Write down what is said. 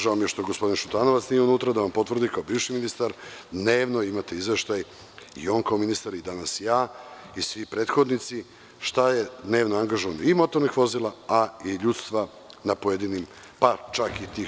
Žao mi je što gospodin Šutanovac nije unutra da vam potvrdi, kao bivši ministar, dnevno imate izveštaj, on kao ministar, danas ja, svi prethodnici, šta je dnevno angažovanje i motornih vozila, a i ljudstva na pojedinim mestima.